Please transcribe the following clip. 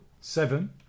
seven